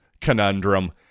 conundrum